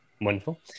Wonderful